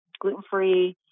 gluten-free